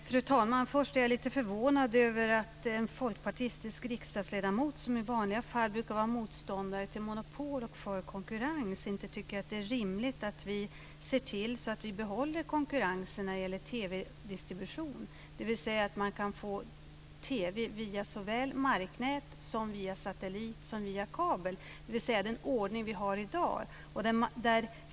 Fru talman! Jag är lite förvånad över att en folkpartistisk riksdagsledamot, som i vanliga fall brukar vara motståndare till monopol och för konkurrens, inte tycker att det är rimligt att vi ser till att vi behåller konkurrensen när det gäller TV-distribution, dvs. att få in TV såväl via marknät, via satellit som via kabel. Det är den ordning vi har i dag.